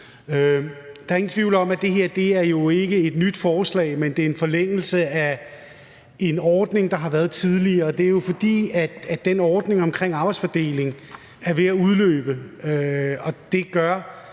Der er ingen tvivl om, at det her jo ikke er et nyt forslag, men en forlængelse af en ordning, der har været tidligere. Det er jo, fordi den ordning om arbejdsfordeling er ved at udløbe, og det gør,